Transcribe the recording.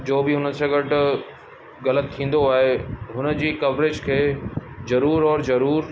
जो बि हुन सां गॾु ग़लति थींदो आहे हुनजी कवरेज खे ज़रूरु और ज़रूरु